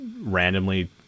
randomly